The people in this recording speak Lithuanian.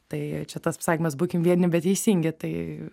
tai čia tas pasakymas būkime biedni bet teisingi tai